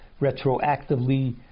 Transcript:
retroactively